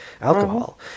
alcohol